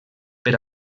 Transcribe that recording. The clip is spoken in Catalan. per